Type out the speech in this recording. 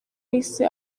yahise